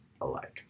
alike